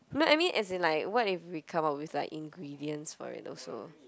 no I mean as in like what if we come up with like ingredients for it also